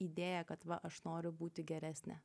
idėją kad va aš noriu būti geresnė